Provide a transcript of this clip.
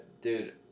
dude